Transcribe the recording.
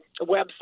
website